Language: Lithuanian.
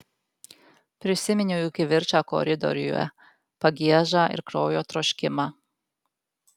prisiminiau jų kivirčą koridoriuje pagiežą ir kraujo troškimą